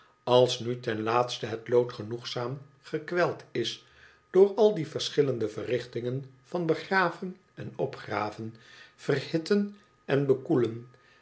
als nu ten laatste het lood genoegzaam gekweld is door al die verschillende verrichtingen van begraven en opgraven verhitten en bekoelen